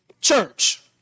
church